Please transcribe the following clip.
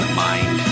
mind